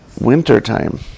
wintertime